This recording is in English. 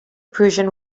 prussian